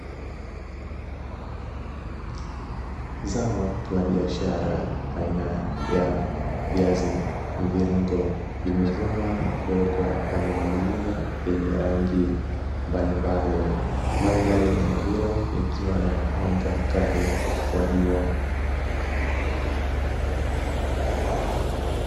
Zao la biashara aina ya viazi mviringo vimevunwa na kuwekwa kwenye magunia yenye rangi mbalimbali, mandhari ya eneo hilo likiwa na mwanga mkali wa jua.